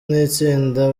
n’itsinda